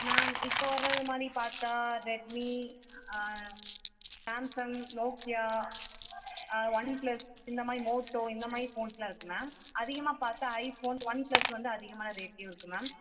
ma'am இப்போ வர்றது மாதிரி பார்த்தா ரெட்மீ ஆ சாம்சங் நோக்கியா ஆ ஒன் ப்ளஸ் இந்தமாதிரி மோட்டோ இந்தமாதிரி ஃபோன்ஸுலாம் இருக்குது மேம் அதிகமாக பார்த்தா ஐ ஃபோன் ஒன் ப்ளஸ் வந்து அதிகமான ரேட்லேயும் இருக்குது மேம்